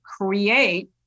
create